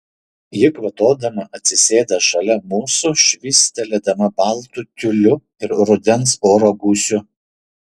ji kvatodama atsisėda šalia mūsų švystelėdama baltu tiuliu ir rudens oro gūsiu